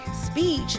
speech